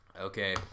Okay